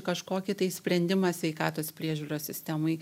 kažkokį tai sprendimą sveikatos priežiūros sistemoj